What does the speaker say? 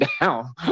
down